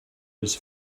his